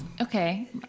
Okay